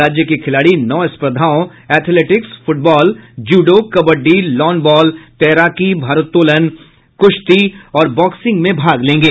राज्य के खिलाड़ी नौ स्पर्धाओं athletics football judo kabaddi lawn ball तैराकी भारोत्तोलन कुश्ती और बॉक्सिंग में भाग लेंगे